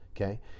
Okay